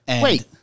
Wait